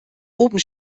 oben